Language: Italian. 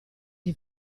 gli